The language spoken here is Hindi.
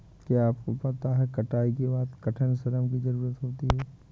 क्या आपको पता है कटाई के बाद कठिन श्रम की ज़रूरत होती है?